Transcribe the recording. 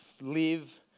live